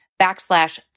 backslash